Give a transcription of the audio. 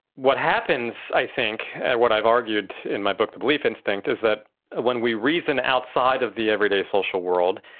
what happens i think and what i've argued in my book the belief instinct, is that when we reason outside of the everyday social world,